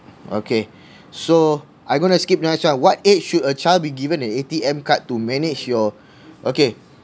okay so I'm gonna skip to next question what age should a child be given an A_T_M card to manage your okay